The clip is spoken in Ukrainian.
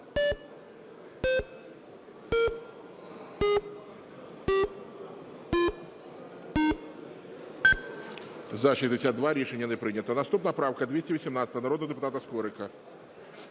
За-80 Рішення не прийнято. Наступна правка 251, народний депутат Савчук.